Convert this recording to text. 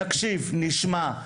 נקשיב נשמע,